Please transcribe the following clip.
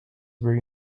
very